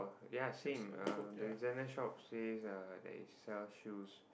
ya same uh the designer shop says uh that it sells shoes